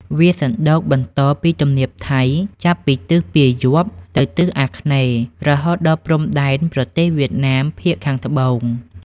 វាសណ្ដូកបន្តពីទំនាបថៃ ចាប់ពីទិសពាយ័ព្យទៅទិសអាគ្នេយ៍ រហូតដល់ព្រំដែនប្រទេសវៀតណាមភាគខាងត្បូង។